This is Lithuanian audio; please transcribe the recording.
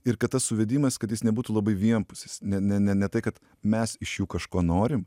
ir kad tas suvedimas kad jis nebūtų labai vienpusis ne ne ne ne tai kad mes iš jų kažko norim